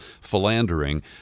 philandering